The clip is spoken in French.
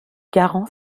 garant